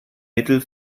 mittel